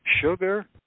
sugar